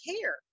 care